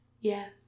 Yes